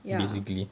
ya